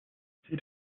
zieht